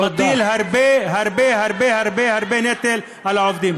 תן לאנשים לבחור.